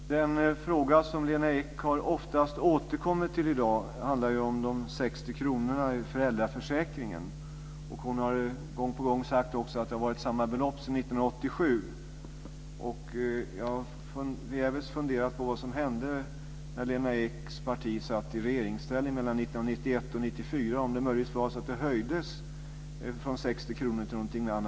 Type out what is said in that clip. Fru talman! Den fråga som Lena Ek oftast har återkommit till i dag gäller de 60 kronorna i föräldraförsäkringen. Hon har gång på gång sagt att beloppet har varit detsamma sedan 1987. Jag har förgäves funderat över vad som hände medan Lena Eks parti satt i regeringsställning mellan 1991 och 1994. Var det möjligtvis så att beloppet höjdes från 60 kr men sedan sänktes igen?